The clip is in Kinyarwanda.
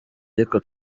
ariko